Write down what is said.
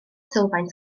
sylfaen